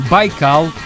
Baikal